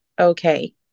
okay